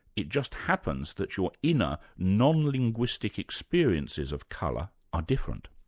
it just happens that your inner non-linguistic experiences of colour are different.